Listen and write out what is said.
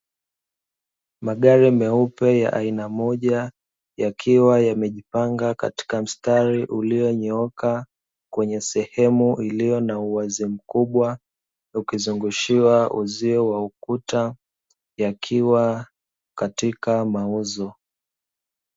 Magari meupe ya aina moja yakiwa yamejipanga katika mstari ulionyooka, kwenye sehemu ulio na uwazi mkubwa ukizungushiwa uzio wa ukuta, yakiwa katika mauzo.